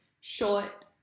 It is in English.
short